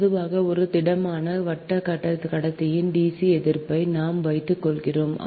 பொதுவாக ஒரு திடமான வட்ட கடத்தியின் dc எதிர்ப்பை நாம் வைத்து கொடுக்கிறோம்